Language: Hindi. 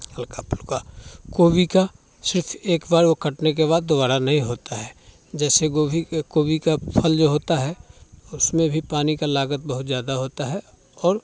हल्का फुल्का गोभी का सिर्फ एक बार वो कटने के बाद दोबारा नहीं होता है जैसे गोभी के कोबी का फल जो होता है उसमें भी पानी का लागत बहुत ज़्यादा होता है और